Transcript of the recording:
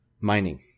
mining